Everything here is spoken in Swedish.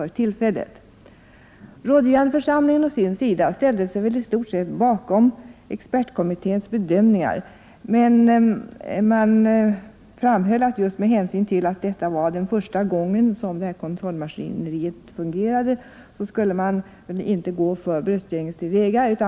Rådgivande församlingen å sin sida ställde sig i stort sett bakom expertkommitténs bedömningar, men man framhöll att med hänsyn till att det var första gången som kontrollmaskineriet fungerade skulle man inte gå för bröstgänges till väga.